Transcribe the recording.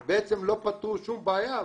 אבל בעצם לא פתרו שום בעיה.